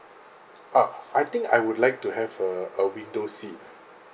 ah I think I would like to have a a window seat